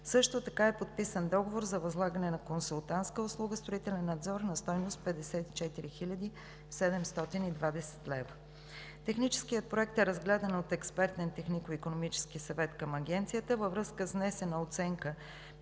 също така е подписан договор за възлагане на консултантска услуга – строителен надзор, на стойност 54 720 лв. Техническият проект е разгледан от Експертния технико-икономически съвет към Агенцията. Във връзка с внесена оценка